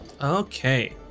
Okay